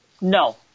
No